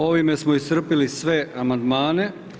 Ovime smo iscrpili sve amandmane.